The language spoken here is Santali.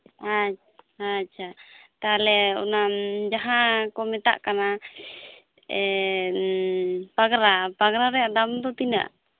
ᱟᱪ ᱟᱪᱪᱷᱟ ᱛᱟᱦᱚᱞᱮ ᱚᱱᱟ ᱡᱟᱦᱟᱸ ᱠᱚ ᱢᱮᱛᱟᱜ ᱠᱟᱱᱟ ᱯᱟᱜᱽᱨᱟ ᱯᱟᱜᱽᱨᱟ ᱨᱮᱭᱟᱜ ᱫᱟᱢ ᱫᱚ ᱛᱤᱱᱟᱹᱜ